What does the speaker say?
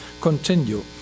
continue